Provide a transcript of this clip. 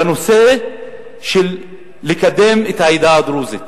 בנושא של קידום העדה הדרוזית.